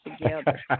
together